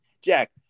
Jack